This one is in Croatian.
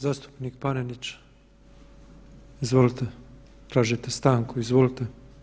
Zastupnik Panenić, izvolite, tražite stanku, izvolite.